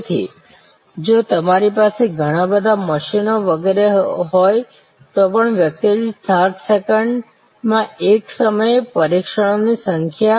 તેથી જો તમારી પાસે ઘણા બધા મશીનો વગેરે હોય તો પણ વ્યક્તિ દીઠ 60 સેકન્ડમાં એક સમયે પરીક્ષણોની સંખ્યા